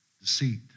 deceit